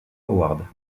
awards